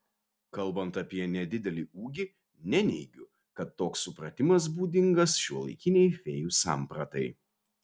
kalbant apie nedidelį ūgį neneigiu kad toks supratimas būdingas šiuolaikinei fėjų sampratai